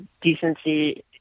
decency